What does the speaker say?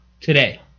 Today